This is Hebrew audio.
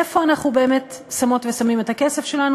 איפה אנחנו באמת שמות ושמים את הכסף שלנו,